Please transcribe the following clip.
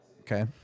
Okay